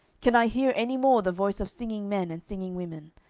can i hear any more the voice of singing men and singing women?